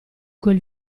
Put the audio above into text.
quel